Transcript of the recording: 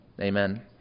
Amen